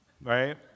Right